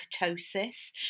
ketosis